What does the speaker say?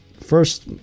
First